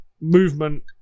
movement